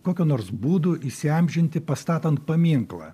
kokiu nors būdu įsiamžinti pastatant paminklą